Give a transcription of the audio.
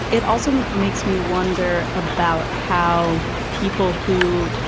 it also makes me wonder about how people who.